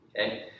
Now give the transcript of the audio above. Okay